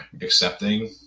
accepting